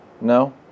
No